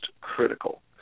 critical